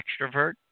extrovert